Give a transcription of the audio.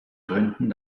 gründen